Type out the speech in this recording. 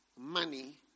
money